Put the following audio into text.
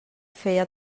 feia